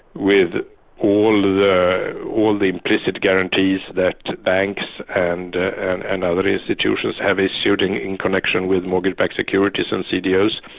with all the all the implicit guarantees that banks and and and other institutions have issued in in connection with mortgage backed securities and cdos,